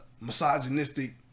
misogynistic